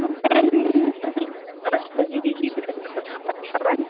हाम्रो बिहान दस बजीदेखि बेलुकाको छ बजीसम्म